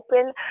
open